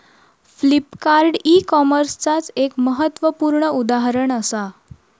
Flipkart e कॉमर्सचाच एक महत्वपूर्ण उदाहरण असा